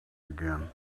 again